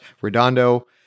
Redondo